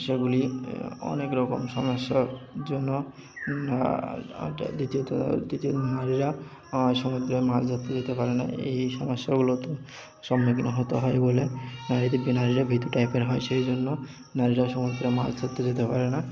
সেগুলি অনেক রকম সমস্যার জন্য দ্বিতীয়ত দ্বিতীয়ত নারীরা সমুদ্রে মাছ ধরতে যেতে পারে না এই সমস্যাগুলোতে সম্মুখীন হতে হয় বলে এদিক দিয়ে নারীরা ভীতু টাইপের হয় সেই জন্য নারীরা সমুদ্রে মাছ ধরতে যেতে পারে না